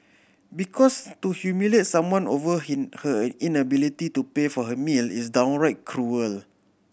because to humiliate someone over him her inability to pay for her meal is downright cruel